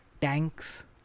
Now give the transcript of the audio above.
tanks